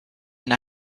and